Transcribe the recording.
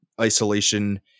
isolation